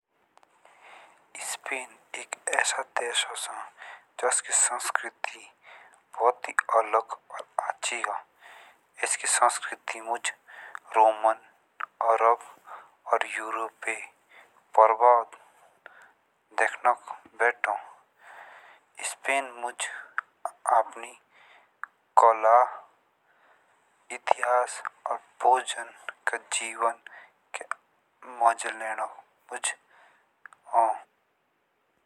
स्पेन एक ऐसा देश औसो जस की संस्कृति बहुत ही अलग और अच्छी हो असकी संस्कृति मुझ रोमन अरब और यूरोप प्रभाव देखंक बेटो। स्पेन मुझ अपनी कला और इतिहास और भोजन के जीवन के मजे लेने मुझ हो।